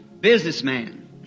businessman